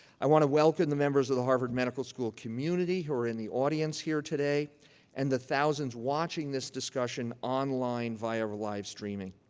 i want to welcome the members of the harvard medical school community who are in the audience here today and the thousands watching this discussion online via live streaming.